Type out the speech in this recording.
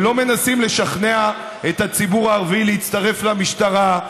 ולא מנסים לשכנע את הציבור הערבי להצטרף למשטרה,